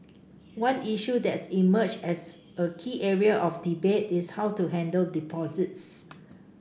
one issue that's emerged as a key area of debate is how to handle deposits